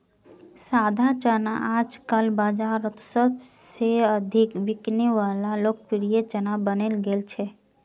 सादा चना आजकल बाजारोत सबसे अधिक बिकने वला लोकप्रिय चना बनने गेल छे